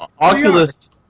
Oculus